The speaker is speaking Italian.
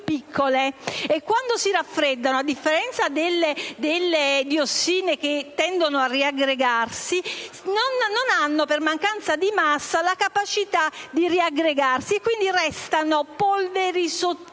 quando si raffreddano, a differenza delle diossine ,che tendono a riaggregarsi, per mancanza di massa non hanno la capacità di riaggregarsi e quindi restano polveri sottili,